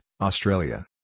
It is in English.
Australia